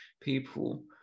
people